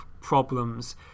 problems